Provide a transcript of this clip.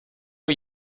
are